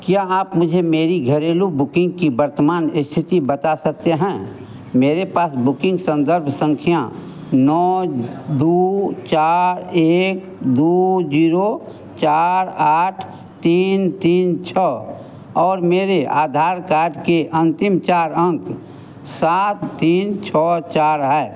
क्या आप मुझे मेरी घरेलू बुकिंग की वर्तमान स्थिति बता सकते हैं मेरे पास बुकिंग संदर्भ संख्या दौ नौ चार एक दो जीरो चार आठ तीन तीन छः और मेरे आधार कार्ड के अंतिम चार अंक सात तीन छः चार है